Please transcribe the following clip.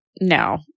no